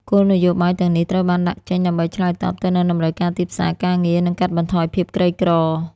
គោលនយោបាយទាំងនេះត្រូវបានដាក់ចេញដើម្បីឆ្លើយតបទៅនឹងតម្រូវការទីផ្សារការងារ និងកាត់បន្ថយភាពក្រីក្រ។